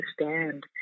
understand